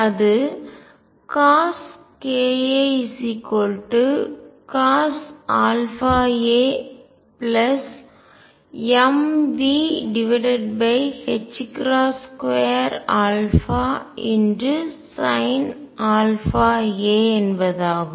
அது CoskaCosαamV2Sinαa என்பதாகும்